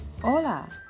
Hola